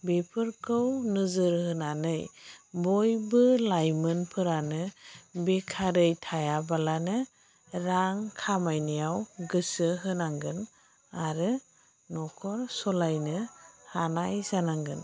बेफोरखौ नोजोर होनानै बयबो लाइमोनफोरानो बेखारै थायाबालानो रां खामायनायाव गोसो होनांगोन आरो न'खर सालायनो हानाय जानांगोन